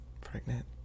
pregnant